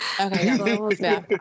Okay